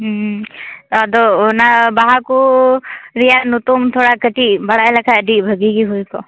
ᱦᱩᱸ ᱟᱫᱚ ᱚᱱᱟ ᱵᱟᱦᱟ ᱠᱚ ᱨᱮᱭᱟᱜ ᱧᱩᱛᱩᱢ ᱛᱷᱟᱲᱟ ᱠᱟᱹᱴᱤᱡ ᱵᱟᱲᱟᱭ ᱞᱮᱠᱷᱟᱱ ᱟᱹᱰᱤ ᱵᱷᱟᱹᱜᱤ ᱦᱩᱭ ᱠᱚᱜᱼᱟ